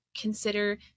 consider